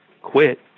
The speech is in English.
quit